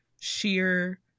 sheer